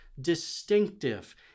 distinctive